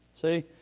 See